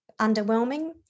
underwhelming